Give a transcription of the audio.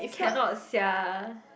cannot sia